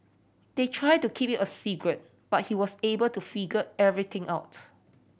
they tried to keep it a secret but he was able to figure everything out